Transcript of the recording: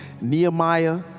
Nehemiah